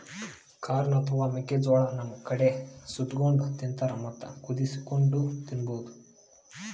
corn ಅಥವಾ ಮೆಕ್ಕಿಜೋಳಾ ನಮ್ ಕಡಿ ಸುಟ್ಟಕೊಂಡ್ ತಿಂತಾರ್ ಮತ್ತ್ ಕುದಸಿನೂ ತಿನ್ಬಹುದ್